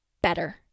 better